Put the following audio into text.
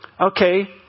Okay